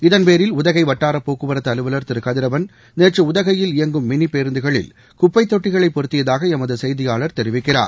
இதன்பேரில் உதகை வட்டாரப் போக்குவரத்து அலுவலர் திரு கதிரவன் நேற்று உதகையில் இயங்கும் மினி பேருந்துகளில் குப்பைத் தொட்டிகளை பொருத்தியதாக எமது செய்தியாளர் தெரிவிக்கிறார்